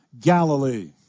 Galilee